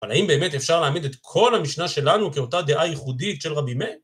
אבל האם באמת אפשר להעמיד את כל המשנה שלנו כאותה דעה ייחודית של רבי מאיר?